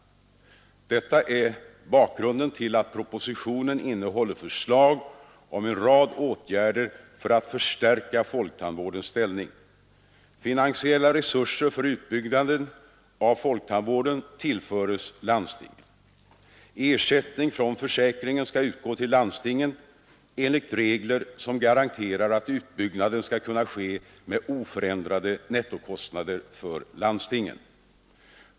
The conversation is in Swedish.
Detta är bakgrunden till att propositionen innehåller förslag om en rad åtgärder för att stärka folktandvårdens ställning. Finansiella resurser för utbyggnaden av folktandvården tillförs landstingen. Ersättning från försäkringen skall utgå till landstingen enligt regler som garanterar att utbyggnaden skall kunna ske med oförändrade nettokostnader för landstingen.